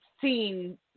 seen